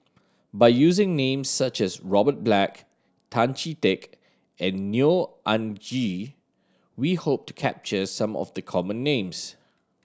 by using names such as Robert Black Tan Chee Teck and Neo Anngee we hope to capture some of the common names